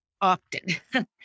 often